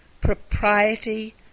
propriety